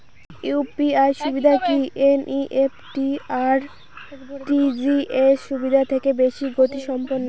UPI সুবিধা কি NEFT আর আর.টি.জি.এস সুবিধা থেকে বেশি গতিসম্পন্ন?